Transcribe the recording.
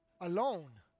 Alone